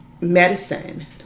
medicine